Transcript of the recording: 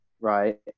Right